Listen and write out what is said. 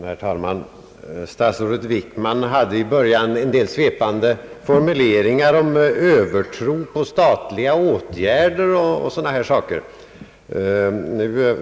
Herr talman! Statsrådet Wickman gjorde i början en del svepande formuleringar om övertro på statliga åtgärder och sådant.